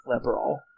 liberal